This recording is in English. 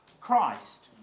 Christ